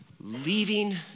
leaving